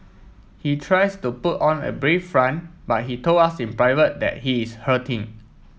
he tries to put on a brave front but he told us in private that he is hurting